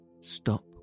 Stop